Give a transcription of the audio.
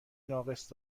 ناقص